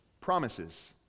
promises